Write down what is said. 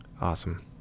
awesome